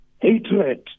hatred